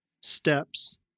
steps